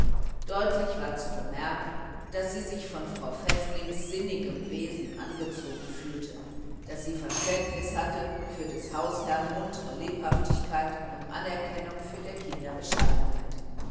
deutlich war zu bemerken daß sie sich von frau pfäfflings sinnigem wesen angezogen fühlte daß sie verständnis hatte für des hausherrn originelle lebhaftigkeit und anerkennung für der kinder bescheidenheit